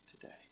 today